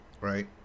right